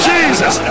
Jesus